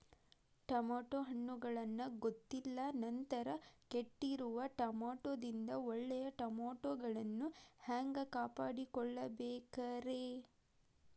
Tomato ಹಣ್ಣುಗಳನ್ನ ಗೊತ್ತಿಲ್ಲ ನಂತರ ಕೆಟ್ಟಿರುವ ಟಮಾಟೊದಿಂದ ಒಳ್ಳೆಯ ಟಮಾಟೊಗಳನ್ನು ಹ್ಯಾಂಗ ಕಾಪಾಡಿಕೊಳ್ಳಬೇಕರೇ?